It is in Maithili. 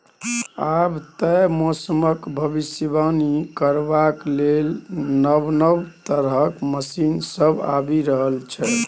आब तए मौसमक भबिसबाणी करबाक लेल नब नब तरहक मशीन सब आबि रहल छै